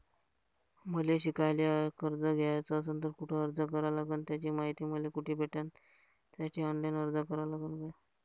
मले शिकायले कर्ज घ्याच असन तर कुठ अर्ज करा लागन त्याची मायती मले कुठी भेटन त्यासाठी ऑनलाईन अर्ज करा लागन का?